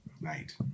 Night